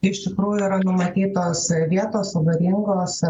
iš tikrųjų yra numatytos vietos avaringos ir